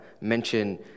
mention